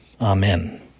Amen